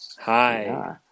Hi